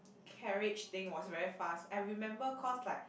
carriage thing was very fast I remember cause like